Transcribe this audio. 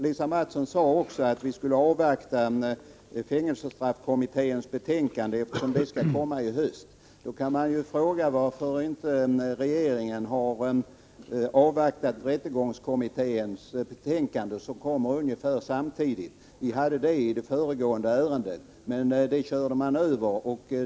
Lisa Mattson sade också att vi skulle avvakta fängelsestraffkommitténs betänkande, eftersom det skall komma i höst. Man kan då fråga varför regeringen inte har avvaktat rättegångskommitténs betänkande som kommer ungefär samtidigt. Vi diskuterade detta i föregående ärende, men det körde man över.